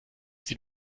sie